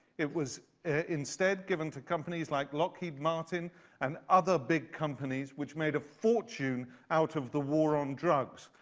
it was, instead, given to companies like lockheed martin and other big companies, which made a fortune out of the war on drugs.